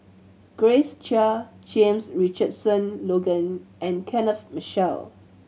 Grace Chia James Richardson Logan and Kenneth Mitchell